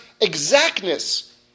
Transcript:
exactness